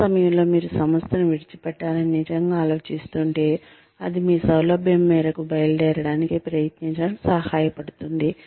ఆ సమయంలో మీరు సంస్థను విడిచిపెట్టాలని నిజంగా ఆలోచిస్తుంటే అది మీ సౌలభ్యం మేరకు బయలుదేరడానికి ప్రయత్నించడానికి సహాయపడుతుంది